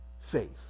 faith